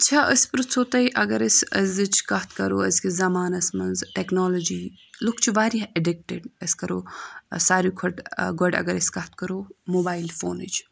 چھا أسۍ پرٛژھو تۄہہِ اگر أسۍ أزِچ کَتھ کَرو أزکِس زَمانَس منٛز ٹَیکنَالٕجِی لُکھ چھِ واریاہ ایٚڈِکٹِڈ أسۍ کَرو ساروی کھۄتہٕ گۄڈٕ اگر أسۍ کَتھ کَرو موبایِل فونٕچ